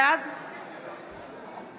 בעד